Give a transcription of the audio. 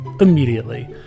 immediately